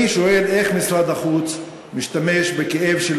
אני שואל: איך משרד החוץ משתמש בכאב אמיתי